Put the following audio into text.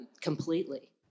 completely